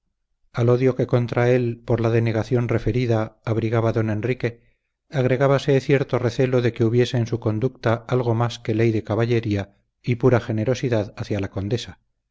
al odio que contra él por la denegación referida abrigaba don enrique agregábase cierto recelo de que hubiese en su conducta algo más que ley de caballería y pura generosidad hacia la condesa